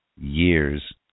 years